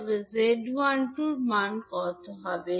তো z 12 এর মান কত হবে